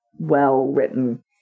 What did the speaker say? well-written